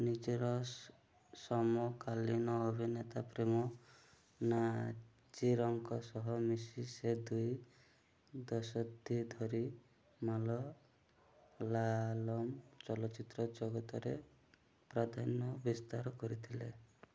ନିଜର ସମକାଳୀନ ଅଭିନେତା ପ୍ରେମ ନାଜିରଙ୍କ ସହ ମିଶି ସେ ଦୁଇ ଦଶନ୍ଧି ଧରି ମାଲାୟଲମ ଚଳଚ୍ଚିତ୍ର ଜଗତରେ ପ୍ରାଧାନ୍ୟ ବିସ୍ତାର କରିଥିଲେ